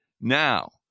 Now